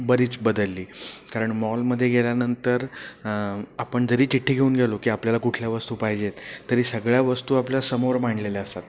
बरीच बदलली कारण मॉलमध्ये गेल्यानंतर आपण जरी चिठ्ठी घेऊन गेलो की आपल्याला कुठल्या वस्तू पाहिजेत तरी सगळ्या वस्तू आपल्यासमोर मांडलेल्या असतात